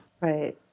right